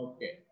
Okay